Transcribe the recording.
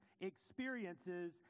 experiences